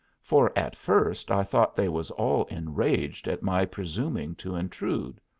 for at first i thought they was all enraged at my presuming to intrude.